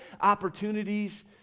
opportunities